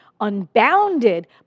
Unbounded